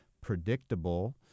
predictable